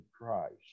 christ